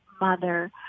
mother